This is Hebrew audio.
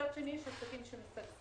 מצד שני, יש עסקים שמשגשגים.